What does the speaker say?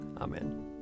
Amen